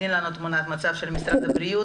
בבקשה תני לנו תמונת מצב של משרד הבריאות